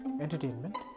entertainment